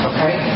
Okay